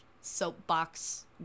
soapbox